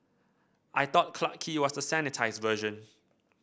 I thought Clarke Quay was the sanitised version